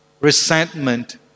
resentment